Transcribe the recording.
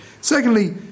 Secondly